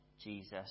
Jesus